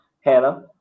Hannah